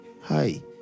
Hi